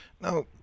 Now